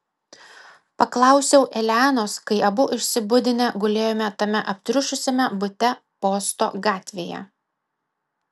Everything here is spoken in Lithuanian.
paklausiau elenos kai abu išsibudinę gulėjome tame aptriušusiame bute posto gatvėje